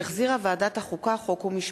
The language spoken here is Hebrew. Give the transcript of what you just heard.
שהחזירה ועדת החוקה, חוק ומשפט.